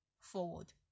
forward